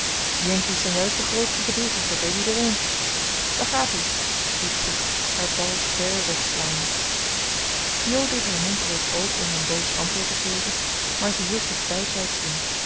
yankees zijn juist de grootste bedriegers dat weet iedereen daar gaat-ie riep fred haar bal ver wegslaande jo deed haar mond reeds open om een boos antwoord te geven maar ze hield zich bijtijds in